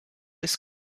his